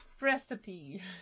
recipe